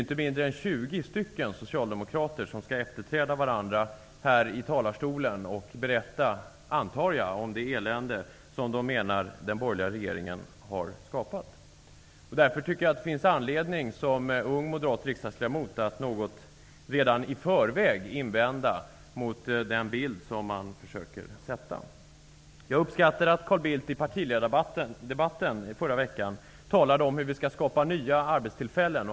Inte mindre än 20 socialdemokrater skall efterträda varandra i talarstolen och, antar jag, berätta om det elände som de menar att den borgerliga regeringen har skapat. Jag tycker som ung moderat riksdagsledamot därför att det finns anledning att redan i förväg invända mot den bild man försöker skapa. Jag uppskattade att Carl Bildt i partiledardebatten i förra veckan talade om hur vi skall skapa nya arbetstillfällen.